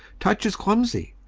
touch is clumsy.